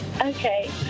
Okay